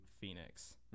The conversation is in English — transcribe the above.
Phoenix